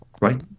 right